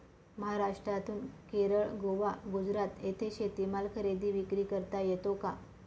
महाराष्ट्रातून केरळ, गोवा, गुजरात येथे शेतीमाल खरेदी विक्री करता येतो का?